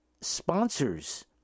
sponsors